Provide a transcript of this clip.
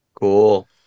Cool